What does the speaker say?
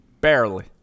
Barely